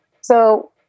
So-